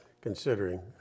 considering